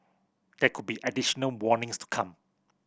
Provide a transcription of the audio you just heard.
there could be additional warnings to come